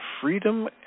freedom